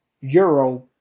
euro